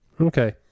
Okay